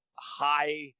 high